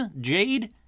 Jade